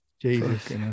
Jesus